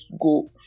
go